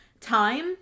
time